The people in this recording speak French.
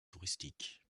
touristique